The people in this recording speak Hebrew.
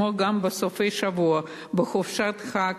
כמו גם בסופי-שבוע ובחופשות החג,